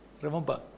Remember